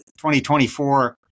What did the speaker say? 2024